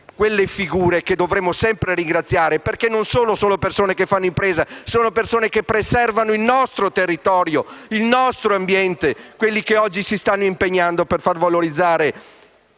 quelle figure che invece dovremmo sempre ringraziare, perché non sono solo individui che fanno impresa, ma persone che preservano il nostro territorio e il nostro ambiente e che oggi si stanno impegnando per valorizzare